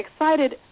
excited